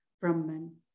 Brahman